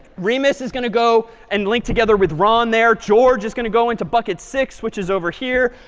remus is going to go and link together with ron there. george is going to go into bucket six, which is over here.